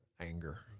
Anger